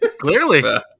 Clearly